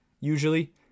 usually